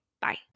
Bye